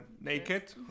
Naked